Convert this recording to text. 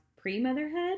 pre-motherhood